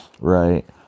right